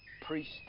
priest